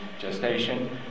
gestation